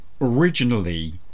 Originally